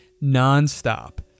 non-stop